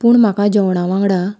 पूण म्हाका जेवणा वांगडा